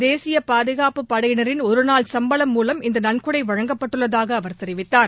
தேசிய பாதுகாப்பு படையினரின் ஒரு நாள் சம்பளம் மூலம் இந்த நன்கொடை வழங்கப்பட்டுள்ளதாகவும் அவர் தெரிவித்தார்